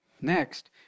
Next